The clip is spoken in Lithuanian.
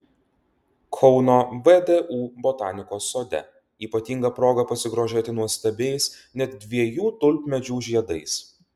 kauno vdu botanikos sode ypatinga proga pasigrožėti nuostabiais net dviejų tulpmedžių žiedais